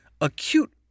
Acute